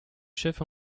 chef